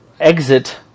exit